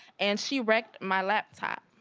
and she wrecked my laptop.